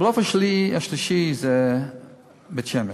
הבלוף השלישי זה בית-שמש.